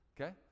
Okay